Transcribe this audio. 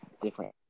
Different